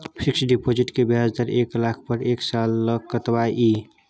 Fixed deposit के ब्याज दर एक लाख पर एक साल ल कतबा इ?